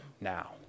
now